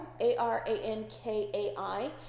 A-R-A-N-K-A-I